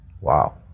Wow